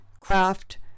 craft